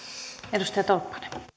arvoisa puhemies